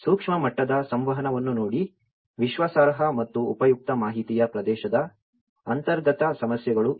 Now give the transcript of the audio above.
ಸೂಕ್ಷ್ಮ ಮಟ್ಟದ ಸಂವಹನವನ್ನು ನೋಡಿ ವಿಶ್ವಾಸಾರ್ಹ ಮತ್ತು ಉಪಯುಕ್ತ ಮಾಹಿತಿಯ ಪ್ರವೇಶದ ಅಂತರ್ಗತ ಸಮಸ್ಯೆಗಳು ಇವು